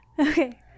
Okay